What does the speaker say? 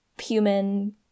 human